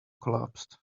collapsed